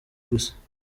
gusa